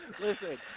listen